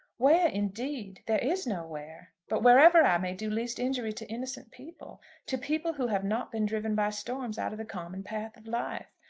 where indeed! there is no where. but wherever i may do least injury to innocent people to people who have not been driven by storms out of the common path of life.